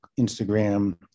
Instagram